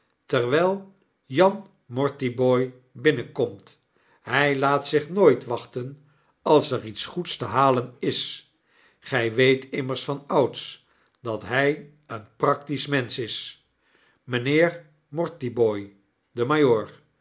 jan mortibooi binnenkomt hij laat zich nooit wachten als er iets goeds te halen is gy weetimmers vanouds dat hy een practisch mensch is p mynheer mortibooi de